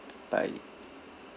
bye